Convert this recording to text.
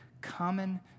common